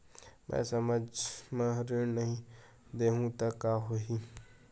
मैं समय म ऋण नहीं देहु त का होही